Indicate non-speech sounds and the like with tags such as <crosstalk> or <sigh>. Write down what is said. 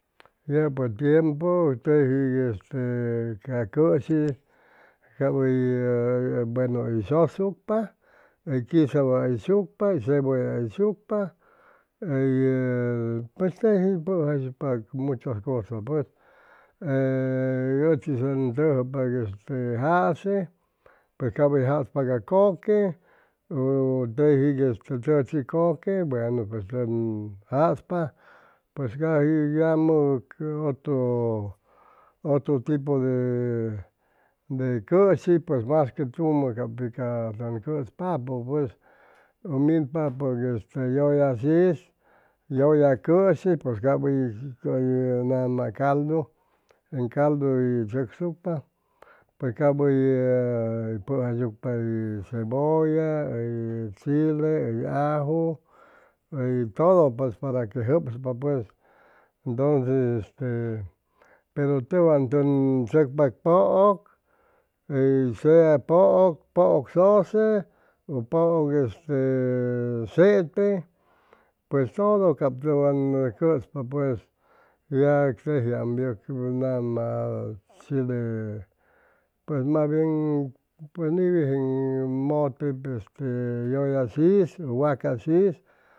Yʉpʉ tiempu teji este ca cʉshi cap hʉy buenu hʉy sʉsucpa hʉy quizawa hʉyshucpa hʉy cebolla hʉyshucpa hʉy pues teji pujayshucpa muchas cosas pues ee ʉchis ʉn tʉjʉpa este jase cap hʉy jaspa ca kʉque u teji este chʉchi kʉque buenu pues tʉn jaspa pues caji yamʉ otro otro tipo de cʉshi pues masque tumʉ cap pi tʉn cʉspapʉ pues ʉ minpa yʉlla shis yʉlla cʉshi pues cap hʉy hʉy nama c aldu caldu hʉy chʉcsucpa pues ap hʉy hʉy pʉjaishucpa hʉy cebolla hʉy chile hʉy aju hʉy todo pues paque jʉpspa pues <hesitation> pero tʉwan tʉn chʉcpa pʉʉk hʉy se pʉʉk sʉse u pʉʉk este e sete pues todo cap tʉwan cʉspa pues ya tejiam nama chile mas bien niwijeŋ mʉte este yʉlla shis, wacas shis